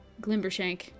Glimbershank